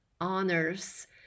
honors